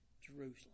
Jerusalem